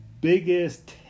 biggest